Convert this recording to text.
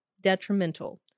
detrimental